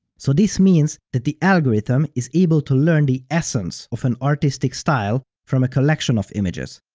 so this means that the algorithm is able to learn the essence of an artistic style from a collection of images.